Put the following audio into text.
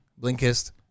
Blinkist